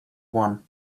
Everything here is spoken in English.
one